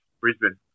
Brisbane